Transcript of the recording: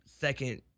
second